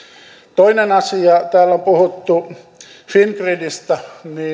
toinen asia täällä on puhuttu fingridistä